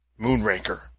Moonraker